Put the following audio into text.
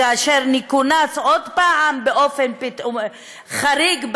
כאשר נכונס עוד פעם באופן חריג,